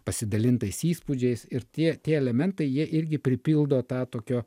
pasidalintais įspūdžiais ir tie tie elementai jie irgi pripildo tą tokio